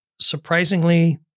surprisingly